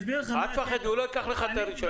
אל תפחד, הוא לא ייקח לך את הרישיון.